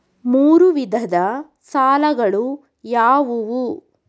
ಮೂರು ವಿಧದ ಸಾಲಗಳು ಯಾವುವು?